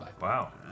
Wow